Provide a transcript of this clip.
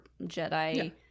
Jedi